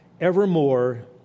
evermore